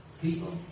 people